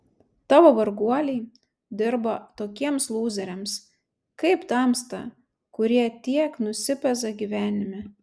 tavo varguoliai dirba tokiems lūzeriams kaip tamsta kurie tiek nusipeza gyvenime